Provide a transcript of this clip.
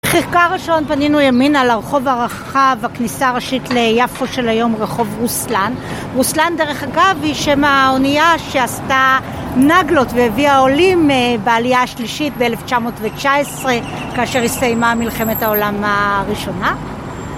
חלקה הראשון פנינו ימינה לרחוב הרחב, הכניסה הראשית ליפו של היום, רחוב רוסלן. רוסלן, דרך אגב, היא שם האונייה שעשתה נגלות והביאה עולים בעלייה השלישית ב-1919 כאשר הסתיימה מלחמת העולם הראשונה